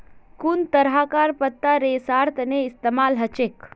कुन तरहकार पत्ता रेशार तने इस्तेमाल हछेक